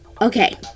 okay